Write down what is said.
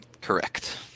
Correct